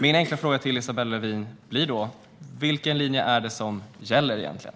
Min enkla fråga till Isabella Lövin blir då: Vilken linje är det egentligen som gäller?